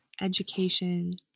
education